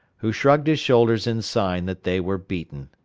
who shrugged his shoulders in sign that they were beaten.